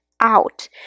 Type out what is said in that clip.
out